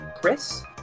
Chris